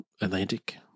Atlantic